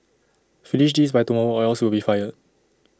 finish this by tomorrow or else you'll be fired